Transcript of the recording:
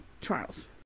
trials